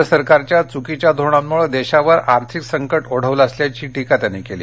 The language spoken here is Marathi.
केंद्र सरकारच्या च्रकीच्या धोरणांमुळे देशावर आर्थिक संकट ओढवलं असल्याची टिका त्यांनी केली